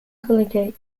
collegiate